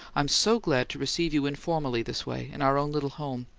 i'm so glad to receive you informally, this way, in our own little home.